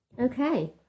Okay